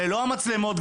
ללא המצלמות,